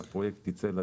והפרויקט יצא לדרך.